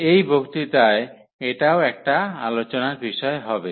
এই বক্তৃতায় এটাও একটা আলোচনার বিষয় হবে